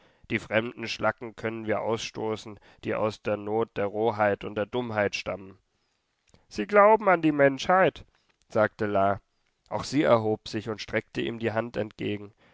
die fremden schlacken können wir ausstoßen die aus der not der roheit und der dummheit stammen sie glauben an die menschheit sagte la auch sie erhob sich und streckte ihm die hand entgegen